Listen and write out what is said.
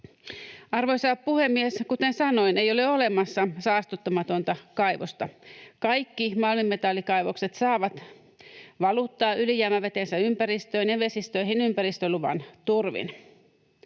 Arvoisa puhemies! Kuten sanoin, ei ole olemassa saastuttamatonta kaivosta. Kaikki metallimalmikaivokset saavat valuttaa ylijäämävetensä ympäristöön ja vesistöihin ympäristöluvan turvin.